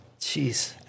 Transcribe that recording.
Jeez